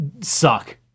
suck